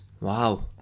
Wow